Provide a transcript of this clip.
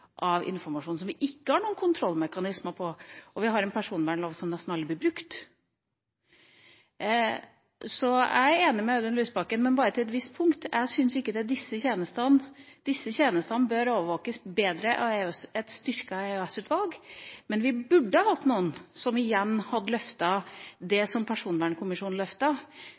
av informasjon som vi ikke har noen kontrollmekanismer for. Og vi har en personvernlov som nesten aldri blir brukt. Så jeg er enig med Audun Lysbakken, men bare til et visst punkt. Jeg syns disse tjenestene bør overvåkes bedre av et styrket EOS-utvalg. Men vi burde hatt noen som igjen hadde løftet det som ble løftet av Personvernkommisjonen,